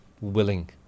willing